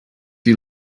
you